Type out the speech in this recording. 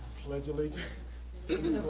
pledge allegiance to